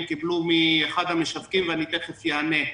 קיבל מאחד המשווקים ואני תיכף אענה.